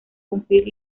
cumplir